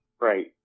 Right